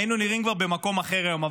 היינו נראים כבר במקום אחר היום.